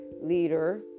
leader